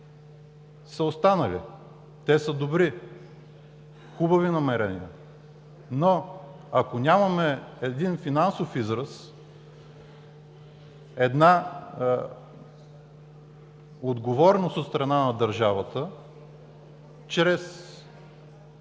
са останали. Те са добри, хубави намерения, но ако нямаме финансов израз, отговорност от страна на държавата чрез